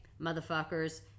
motherfuckers